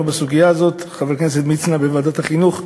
בסוגיה הזאת: חבר הכנסת מצנע בוועדת החינוך,